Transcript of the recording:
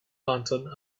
lantern